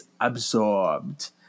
absorbed